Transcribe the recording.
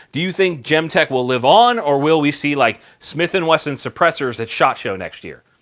do think gemtech will live on, or will we see like smith and wesson suppressors at shot show next year?